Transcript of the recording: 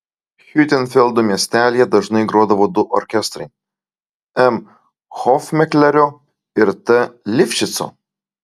hiutenfeldo miestelyje dažnai grodavo du orkestrai m hofmeklerio ir t lifšico